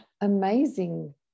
amazing